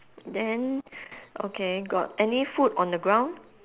then okay got any food on the ground